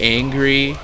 angry